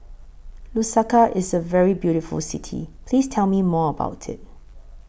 Lusaka IS A very beautiful City Please Tell Me More about IT